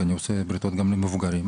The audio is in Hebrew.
כי אני עושה בריתות גם למבוגרים,